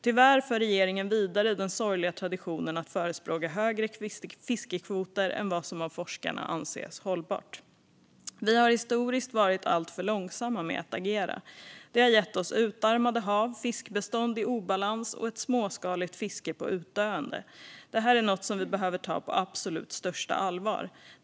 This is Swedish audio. Tyvärr för regeringen vidare den sorgliga traditionen att förespråka högre fiskekvoter än vad som av forskarna anses hållbart. Vi har historiskt varit alltför långsamma med att agera. Det har gett oss utarmade hav, fiskbestånd i obalans och ett småskaligt fiske på utdöende. Det är något som vi behöver ta på absolut största allvar.